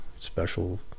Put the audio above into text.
special